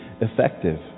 effective